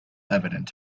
evident